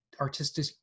artistic